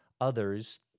others